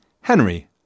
Henry